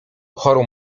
chorą